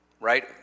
right